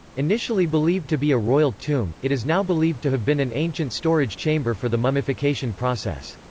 initially believed to be a royal tomb, it is now believed to have been an ancient storage chamber for the mummification process.